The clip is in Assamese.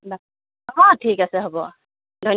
অঁ ঠিক আছে হ'ব অঁ ধন্যবাদ